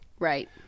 Right